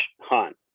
hunt